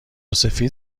سفید